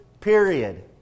period